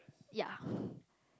ya